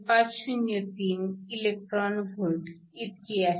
503 eV इतकी आहे